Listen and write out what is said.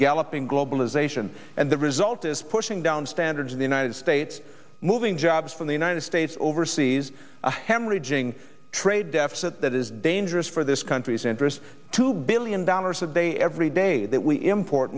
galloping globalization and the result is pushing down standards in the united states moving jobs from the united states overseas a hemorrhaging trade deficit that is dangerous for this country's interests two billion dollars a day every day that we import